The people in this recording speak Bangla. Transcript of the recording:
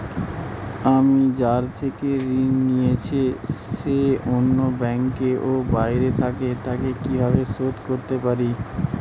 আমি যার থেকে ঋণ নিয়েছে সে অন্য ব্যাংকে ও বাইরে থাকে, তাকে কীভাবে শোধ করতে পারি?